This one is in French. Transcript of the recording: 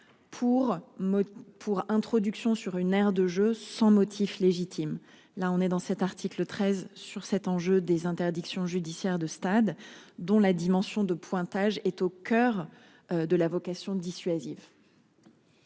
pour introduction sur une aire de jeux sans motif légitime, là on est dans cet article 13 sur cet enjeu des interdictions judiciaires de stade dont la dimension de pointage est au coeur. De la vocation dissuasive.